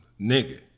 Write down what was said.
Nigga